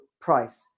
price